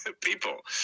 people